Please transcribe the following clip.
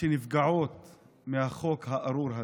שנפגעות מהחוק הארור הזה.